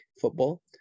Football